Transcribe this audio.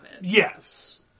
Yes